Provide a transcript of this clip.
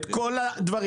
את כל הדברים.